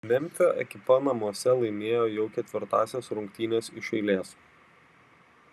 memfio ekipa namuose laimėjo jau ketvirtąsias rungtynes iš eilės